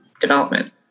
development